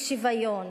אי-שוויון,